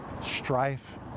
strife